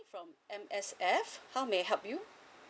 from M_S_F how may I help you